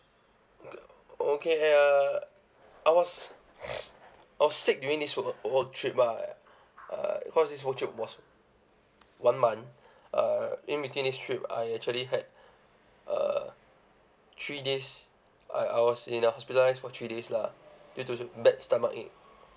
okay uh I was I was sick during this who~ whole trip ah uh cause this whole trip was one month uh in between this trip I actually had uh three days I I was in the hospitalised for three days lah due to bad stomachache